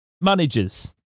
managers